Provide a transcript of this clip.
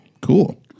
Cool